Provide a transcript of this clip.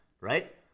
right